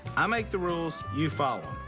i make the rules, you follow em.